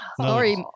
Sorry